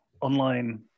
online